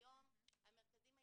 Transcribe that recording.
כיום המרכזים ההתפתחותיים,